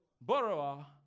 borrower